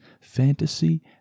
fantasy